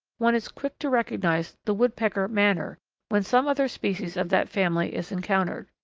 one is quick to recognize the woodpecker manner when some other species of that family is encountered.